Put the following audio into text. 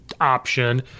option